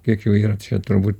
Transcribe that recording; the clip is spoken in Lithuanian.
kiek jų yra čia turbūt